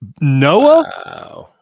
Noah